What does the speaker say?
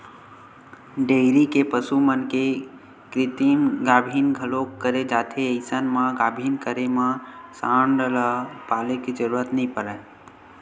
dairy के पसु मन के कृतिम गाभिन घलोक करे जाथे अइसन म गाभिन करे म सांड ल पाले के जरूरत नइ परय